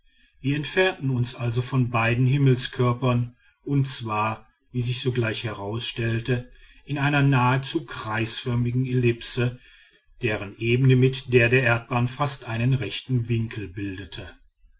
wir entfernten uns also von beiden himmelskörpern und zwar wie sich sogleich herausstellte in einer nahezu kreisförmigen ellipse deren ebene mit der der erdbahn fast einen rechten winkel bildete